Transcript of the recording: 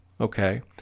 Okay